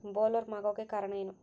Bollworm ಆಗೋಕೆ ಕಾರಣ ಏನು?